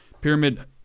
pyramid